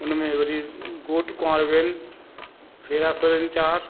उनमें वरी घोट कुंवारि वेहनि फेरा फिरनि चारि